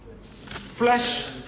flesh